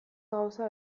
gauza